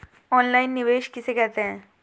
Online निवेश किसे कहते हैं?